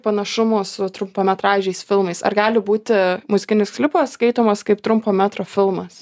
panašumo su trumpametražiais filmais ar gali būti muzikinis klipas skaitomas kaip trumpo metro filmas